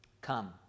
Come